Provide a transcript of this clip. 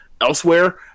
elsewhere